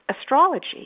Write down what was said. astrology